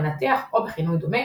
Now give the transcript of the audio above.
'מנתח' או בכינוי דומה,